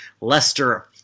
Leicester